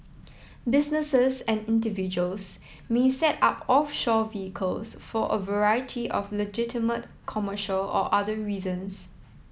businesses and individuals may set up offshore vehicles for a variety of legitimate commercial or other reasons